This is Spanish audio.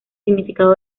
significado